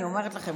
אני אומרת לכם,